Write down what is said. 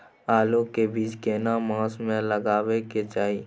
आलू के बीज केना मास में लगाबै के चाही?